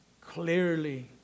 clearly